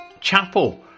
Chapel